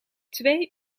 twee